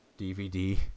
DVD